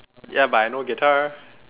ya but I know guitar